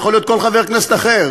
זה יכול להיות כל חבר כנסת אחר,